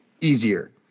easier